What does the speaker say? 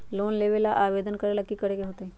Loan लेबे ला आवेदन करे ला कि करे के होतइ?